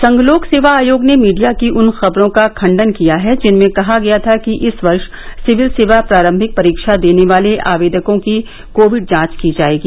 संघ लोक सेवा आयोग ने मीडिया की उन खबरों का खंडन किया है जिनमें कहा गया था कि इस वर्ष सिविल सेवा प्रारंभिक परीक्षा देने वाले आवेदकों की कोविड जांच की जाएगी